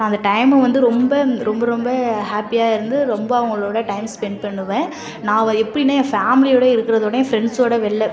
நான் அந்த டைமும் வந்து ரொம்ப ரொம்ப ரொம்ப ஹாப்பியாக இருந்து ரொம்ப அவங்களோட டைம் ஸ்பெண்ட் பண்ணுவேன் நான் வ எப்பயுமே என் ஃபேம்லியோட இருக்குறதோட என் ஃப்ரெண்ட்ஸோட வெள்ல